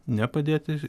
ne padėti